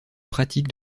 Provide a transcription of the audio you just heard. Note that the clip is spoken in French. pratique